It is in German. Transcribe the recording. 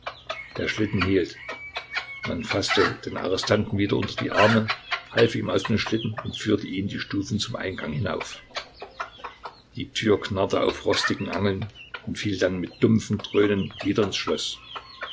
der schlitten hielt man faßte den arrestanten wieder unter die arme half ihm aus dem schlitten und führte ihn die stufen zum eingang hinauf die tür knarrte auf rostigen angeln und fiel dann mit dumpfem dröhnen wieder ins schloß